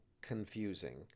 confusing